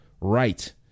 right